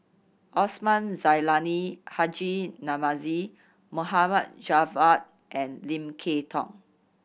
Osman Zailani Haji Namazie Mohd Javad and Lim Kay Tong